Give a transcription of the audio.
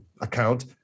account